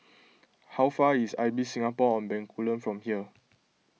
how far is Ibis Singapore on Bencoolen from here